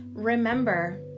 Remember